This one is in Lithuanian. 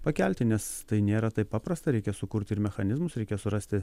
pakelti nes tai nėra taip paprasta reikia sukurti ir mechanizmus reikia surasti